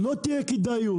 לא תהיה כדאיות.